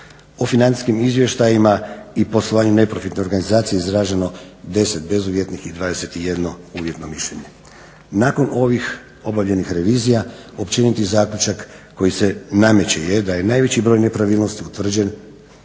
O financijskim izvještajima i poslovanju neprofitne organizacije izraženo 10 bezuvjetnih i 21 uvjetno mišljenje. Nakon ovih obavljenih revizija općeniti zaključak koji se nameće je da je najveći broj nepravilnosti utvrđen